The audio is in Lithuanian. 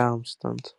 temstant